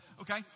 Okay